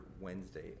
Wednesday